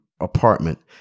apartment